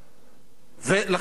ולכן, זו המגמה.